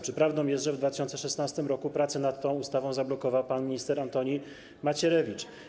Czy prawdą jest, że w 2016 r. prace nad tą ustawą zablokował pan minister Antoni Macierewicz?